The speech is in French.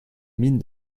mine